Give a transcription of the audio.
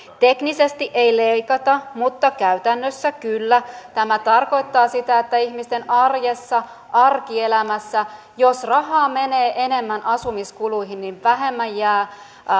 teknisesti ei leikata mutta käytännössä kyllä tämä tarkoittaa sitä että ihmisten arjessa arkielämässä jos rahaa menee enemmän asumiskuluihin vähemmän jää